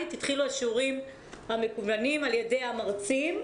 התחילו השיעורים המקוונים על ידי המרצים,